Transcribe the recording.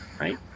right